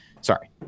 sorry